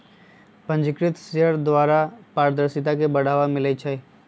पंजीकृत शेयर द्वारा पारदर्शिता के बढ़ाबा मिलइ छै